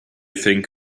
think